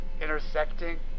intersecting